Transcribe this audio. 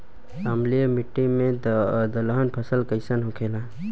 अम्लीय मिट्टी मे दलहन फसल कइसन होखेला?